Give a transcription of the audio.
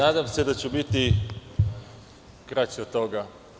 Nadam se da ću biti kraći od toga.